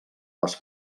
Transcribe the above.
les